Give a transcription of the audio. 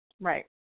Right